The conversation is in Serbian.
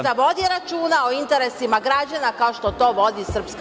Neka vodi računa o interesima građana, kao što to vodi SRS.